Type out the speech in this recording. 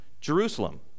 Jerusalem